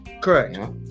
Correct